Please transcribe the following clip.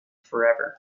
forever